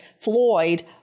Floyd